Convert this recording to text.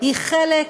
היא חלק